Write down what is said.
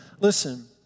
Listen